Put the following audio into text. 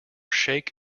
shake